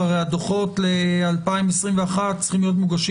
הרי הדוחות ל-2021 צריכים להיות מוגשים